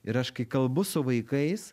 ir aš kai kalbu su vaikais